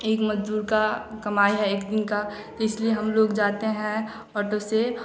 एक मज़दूर की कमाई है एक दिन का इसलिए हम लोग जाते हैं ऑटो से